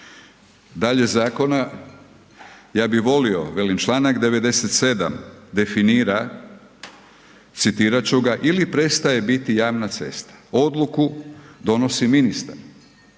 dalje zakona, ja bih volio velim članak 97. definira citirat ću ga „ili prestaje biti javna cesta“, odluku donosi ministar,